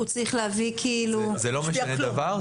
הוא צריך להביא -- זה לא משנה דבר,